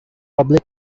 public